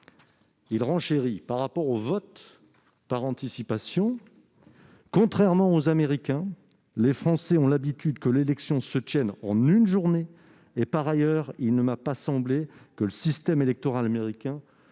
a renchéri en ces termes :« Contrairement aux Américains, les Français ont l'habitude que l'élection se tienne en une journée. Par ailleurs, il ne m'a pas semblé que le système électoral américain